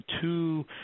two